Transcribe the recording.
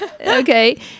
Okay